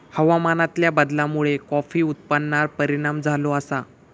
हवामानातल्या बदलामुळे कॉफी उत्पादनार परिणाम झालो आसा